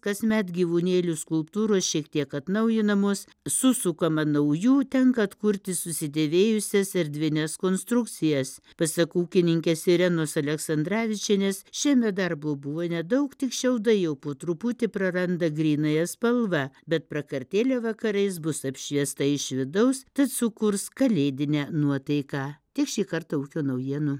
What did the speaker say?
kasmet gyvūnėlių skulptūros šiek tiek atnaujinamos susukama naujų tenka atkurti susidėvėjusias erdvines konstrukcijas pasak ūkininkės irenos aleksandravičienės šiemet darbo buvo nedaug tik šiaudai jau po truputį praranda grynąją spalvą bet prakartėlė vakarais bus apšviesta iš vidaus tad sukurs kalėdinę nuotaiką tiek šį kartą ūkio naujienų